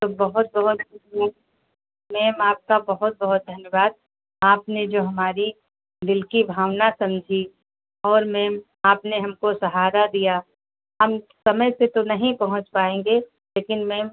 तो बहुत बहुत मेम आपका बहुत बहुत धन्यवाद आपने जो हमारी दिल की भावना समझी और मेम आपने हमको सहारा दिया हम समय से तो नहीं पहुँच पाएँगे लेकिन मैम